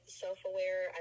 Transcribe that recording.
self-aware